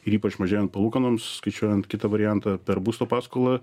ir ypač mažėjant palūkanoms skaičiuojant kitą variantą per būsto paskolą